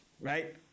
right